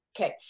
Okay